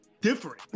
different